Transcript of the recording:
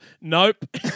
Nope